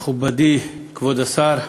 מכובדי, כבוד השר,